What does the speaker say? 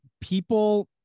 people